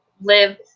live